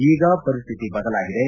ಈಗ ಪರಿಸ್ತಿತಿ ಬದಲಾಗಿದೆ